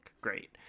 great